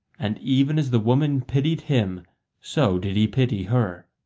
and even as the woman pitied him so did he pity her.